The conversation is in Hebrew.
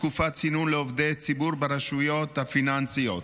תקופת צינון לעובד ציבור ברשויות פיננסיות).